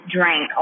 drank